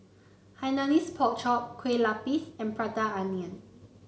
Hainanese Pork Chop Kueh Lapis and Prata Onion